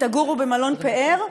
תגורו במלון פאר,